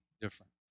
different